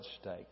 stake